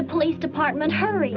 the police department hurry